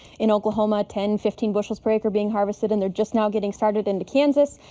in oklahoma ten, fifteen bushels per acre being harvested and they're just now getting started into kansas.